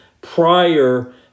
prior